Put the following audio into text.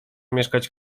mieszkać